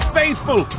faithful